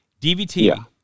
DVT